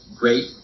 great